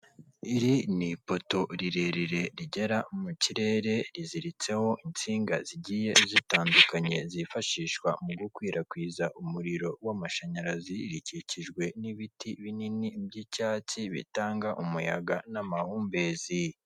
Iri ni ipoto rirerire rigera mu kirere riziritseho insinga zigiye zitandukanye zifashishwa mu gukwirakwiza umuriro w'amashanyarazi rikikijwe n'ibiti binini by'icyatsi bitanga umuyaga n'amahumbeziye.